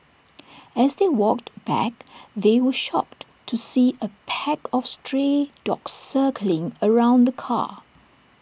as they walked back they were shocked to see A pack of stray dogs circling around the car